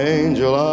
angel